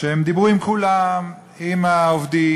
שהם דיברו עם כולם: עם העובדים,